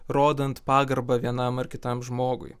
rodant pagarbą vienam ar kitam žmogui